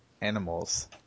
animals